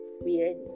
weird